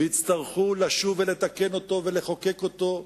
ויצטרכו לשוב ולתקן אותו, ולחוקק אותו,